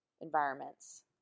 environments